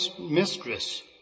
mistress